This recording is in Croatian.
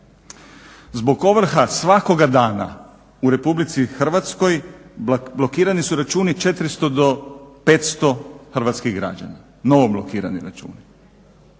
Zbog ovrha svakoga dana u Republici Hrvatskoj blokirani su računi 400 do 500 hrvatskih građana, novo blokirani računi